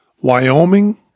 Wyoming